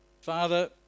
Father